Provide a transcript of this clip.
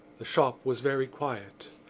the shop was very quiet.